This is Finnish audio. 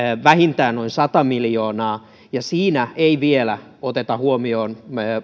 vähintään noin sata miljoonaa ja siinä ei vielä oteta huomioon